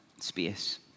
space